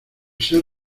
ser